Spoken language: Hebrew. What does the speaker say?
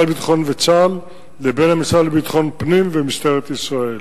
הביטחון וצה"ל לבין המשרד לביטחון פנים ומשטרת ישראל.